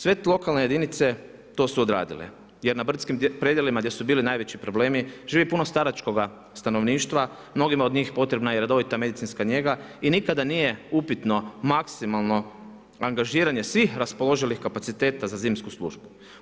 Sve lokalne jedinice to su odradile, jer na brdskim predjelima gdje su bili najveći problemi, živi puno staračkoga stanovništva, mnogima od njih potrebna je redovita medicinska njega i nikada nije upitno maksimalno angažiranje svih raspoloživih kapaciteta za zimsku službu.